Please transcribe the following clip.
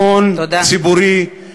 הון ציבורי, תודה.